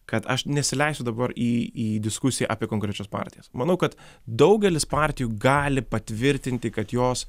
kad aš nesileisiu dabar į į diskusiją apie konkrečias partijas manau kad daugelis partijų gali patvirtinti kad jos